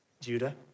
Judah